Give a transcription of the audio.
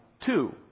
two